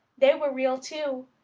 they were real too.